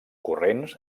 corrents